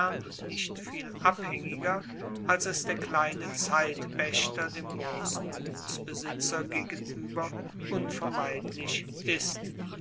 nicht viel abhaengiger als es der kleine zeitpaechter dem grossen gutsbesitzer gegenueber unvermeidlich ist